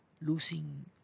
losing